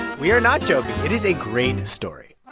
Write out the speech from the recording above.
we are not joking. it is a great story